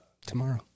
Tomorrow